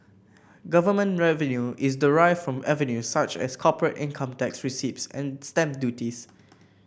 government revenue is derived from avenues such as corporate income tax receipts and stamp duties